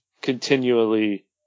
continually